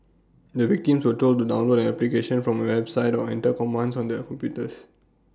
the victims were told to download an application from A website or enter commands on their computers